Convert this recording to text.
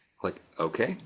click. ok.